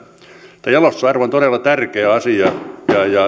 jalostusarvo on todella tärkeä asia